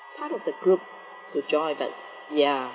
part of the group to join that ya